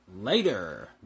later